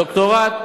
דוקטורט,